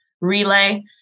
relay